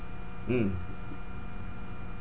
mm